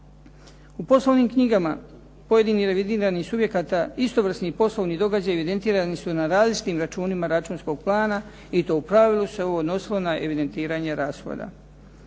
U poslovnim knjigama pojedinih revidiranih subjekata istovrsni poslovni događaji evidentirani su na različitim računima računskog plana i to u pravilu se ovo odnosilo na evidentiranje rashoda.